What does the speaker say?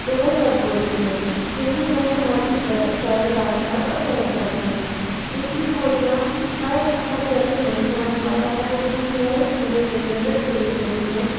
तो वह सब बोलते हैं हिंदी भाषा बहुत ही सरल भाषा है और सहज भाषा है क्षेत्रीय बोलियां हर हर व्यक्ति नहीं समझ पाता है वह क्योंकि वह एक सीमित क्षेत्र तक सीमित होती हैं